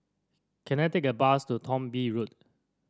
can I take a bus to Thong Bee Road